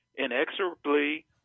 inexorably